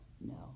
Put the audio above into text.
No